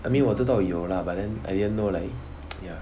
I mean 我知道有 lah but then I didn't know like ya